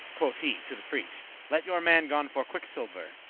quoth he to the priest, let your man gon for quicksilver,